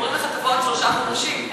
אומרים לך: תבוא בעוד שלושה חודשים.